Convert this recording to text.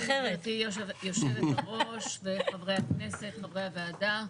גברתי היושבת-ראש, חברי הכנסת, חברי הוועדה,